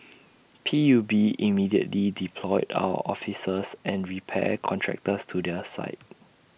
P U B immediately deployed our officers and repair contractors to their site